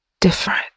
different